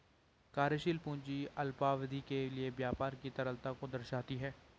कार्यशील पूंजी अल्पावधि के लिए व्यापार की तरलता को दर्शाती है